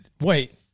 Wait